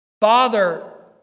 father